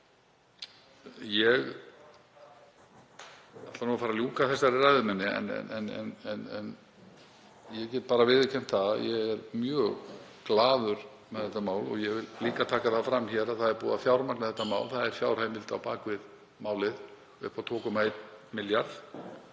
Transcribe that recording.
Ég ætla að fara að ljúka þessari ræðu minni en ég get bara viðurkennt að ég er mjög ánægður með þetta mál. Ég vil líka taka það fram að það er búið að fjármagna þetta mál, það er fjárheimild á bak við það upp á 2,1 milljarð